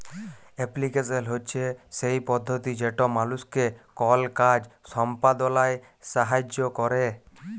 application হছে সেই পদ্ধতি যেট মালুসকে কল কাজ সম্পাদলায় সাহাইয্য ক্যরে